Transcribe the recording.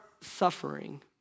suffering